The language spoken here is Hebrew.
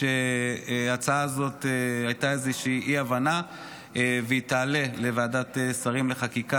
שבהצעה הזאת הייתה איזושהי אי-הבנה והיא תעלה לוועדת שרים לחקיקה,